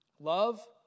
Love